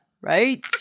Right